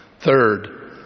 Third